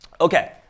Okay